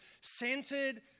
centered